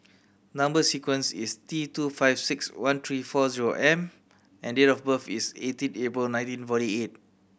number sequence is T two five six one three four zero M and date of birth is eighteen April nineteen forty eight